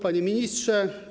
Panie Ministrze!